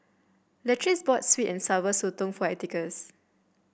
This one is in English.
Latrice bought sweet and Sour Sotong for Atticus